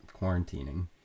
quarantining